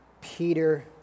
Peter